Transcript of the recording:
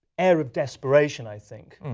air of desperation, i think.